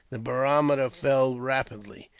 the barometer fell rapidly.